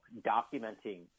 documenting